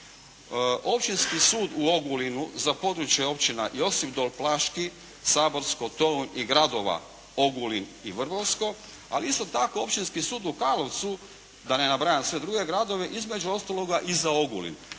Općinski sud u Ogulinu za područje Općina Josipdol, Plaški, Saborsko, …/Govornik se ne razumije./… i gradova Ogulin i Vrbovsko. Ali isto tako Općinski sud u Karlovcu da ne nabrajam sve druge gradove, između ostaloga i za Ogulin.